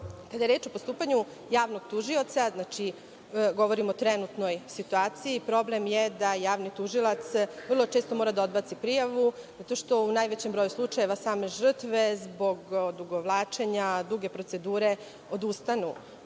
je reč o postupanju javnog tužioca, govorim o trenutnoj situaciji, problem je da javni tužioc vrlo često mora da odbaci prijavu, zato što u najvećem broju slučajeva same žrtve zbog odugovlačenja, duge procedure odustanu,